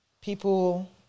people